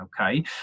Okay